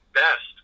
best